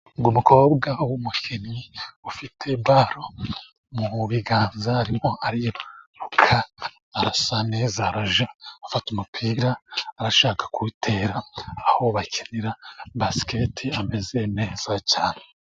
Uwo mukobwa w'umukinnyi ufite baro mu biganza, arimo ariruka arasa neza. Arajya afata umupira arashaka kuwutera aho bakinira basiketi hameze neza cyane.